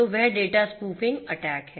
तो वह data spoofing attack है